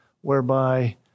whereby